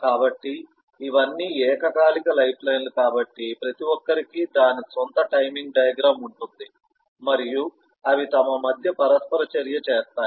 కాబట్టి ఇవన్నీ ఏకకాలిక లైఫ్లైన్లు కాబట్టి ప్రతి ఒక్కరికి దాని స్వంత టైమింగ్ డయాగ్రమ్ ఉంటుంది మరియు అవి తమ మధ్య పరస్పర చర్య చేస్తాయి